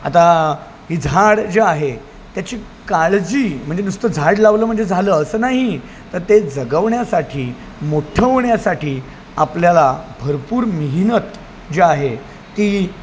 आता ही झाडं जे आहे त्याची काळजी म्हणजे नुसतं झाड लावलं म्हणजे झालं असं नाही तर ते जगवण्यासाठी मोठं होण्यासाठी आपल्याला भरपूर मेहनत जी आहे ती